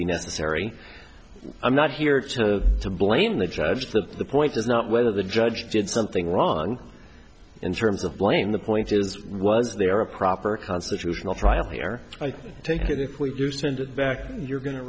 be necessary i'm not here to to blame the judge that the point is not whether the judge did something wrong in terms of blame the point is was there a proper constitutional trial here i take it if we do send it back you're going to